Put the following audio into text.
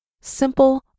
Simple